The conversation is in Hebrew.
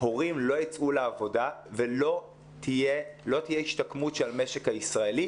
הורים לא ייצאו לעבודה ולא תהיה השתקמות למשק הישראלי.